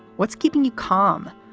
what's keeping you calm?